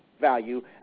value